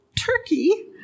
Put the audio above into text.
Turkey